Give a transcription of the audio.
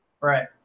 Right